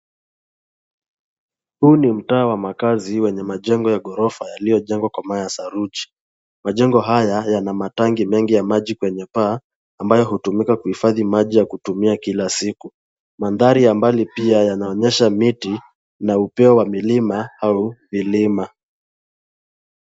Huu ni mtaa wa makazi wenye majengo ya ghorofa yaliyojengwa kwa mawe ya saruji. Majengo haya yana matangi mengi ya maji kwenye paa ambayo hutumika kufadhi maji ya kutumia kila siku. Mandhari ya mbali pia yanaonyesha miti na upeo wa milima au vilima.